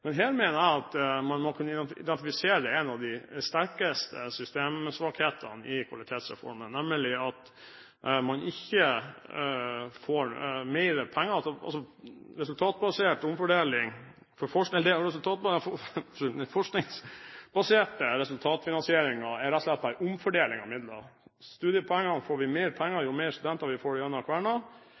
Her mener jeg at man må kunne identifisere en av de sterkeste systemsvakhetene i Kvalitetsreformen, nemlig at man ikke får mer penger, men at den resultatbaserte forskningsfinansieringen rett og slett er en omfordeling av midler. Når det gjelder studiepoengene, får man mer penger jo flere studenter man får igjennom kvernen, mens forskningen i realiteten får mindre og mindre penger for hver